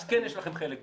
אז כן יש לכם חלק בזה,